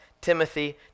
Timothy